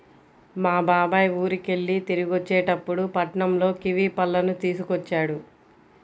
మా బాబాయ్ ఊరికెళ్ళి తిరిగొచ్చేటప్పుడు పట్నంలో కివీ పళ్ళను తీసుకొచ్చాడు